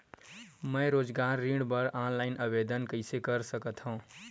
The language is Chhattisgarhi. मैं रोजगार ऋण बर ऑनलाइन आवेदन कइसे कर सकथव?